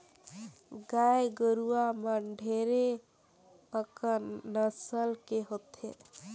गाय गरुवा मन ढेरे अकन नसल के होथे